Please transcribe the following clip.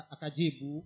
Akajibu